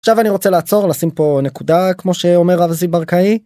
עכשיו אני רוצה לעצור לשים פה נקודה כמו שאומר אבזי ברקאי.